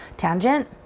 tangent